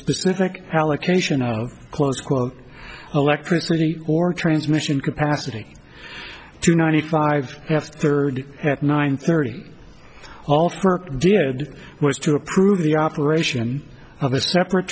specific allocation of close quote electricity or transmission capacity to ninety five third at nine thirty all for did was to approve the operation of a separate